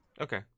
okay